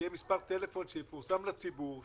שיהיה מספר טלפון שיפורסם לציבור,